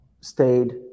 stayed